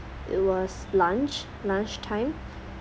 it was lunch lunch time